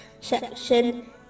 section